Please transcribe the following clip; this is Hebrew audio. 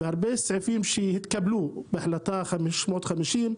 והרבה סעיפים שהתקבלו בהחלטה 550,